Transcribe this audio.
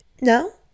No